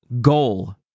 goal